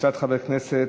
וקבוצת חברי הכנסת,